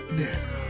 nigga